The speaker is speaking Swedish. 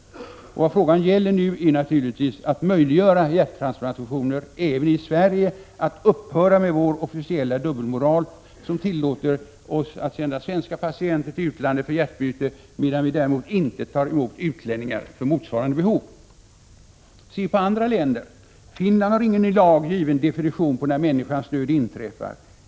Vad frågan gäller nu är naturligtvis att möjliggöra hjärttransplantationer även i Sverige, att upphöra med vår officiella dubbelmoral, som tillåter oss att sända svenska patienter till utlandet för hjärtbyte, medan vi däremot inte tar emot utlänningar med motsvarande behov. Se på andra länder! Finland har ingen i lag given definition på när människans död inträffar.